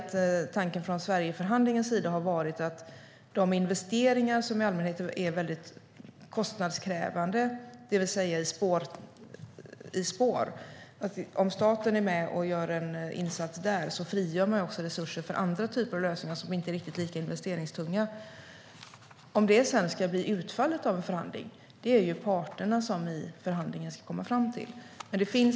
Tanken från Sverigeförhandlingen har varit att om staten är med och gör en insats i investeringar i spår, som i allmänhet är väldigt kostnadskrävande, frigör man också resurser för andra typer av lösningar som inte är riktigt lika investeringstunga. Om detta sedan ska bli utfallet av förhandlingen får ju parterna i förhandlingen komma fram till.